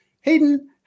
Hayden